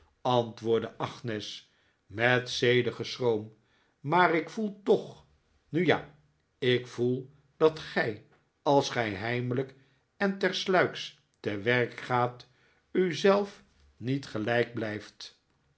antwoordde agnes met zedigen schroom maar ik voel toch nu ja ik voel dat gij als gij heimelijk en tersluiks te werk gaat u zelf niet gelijk blijft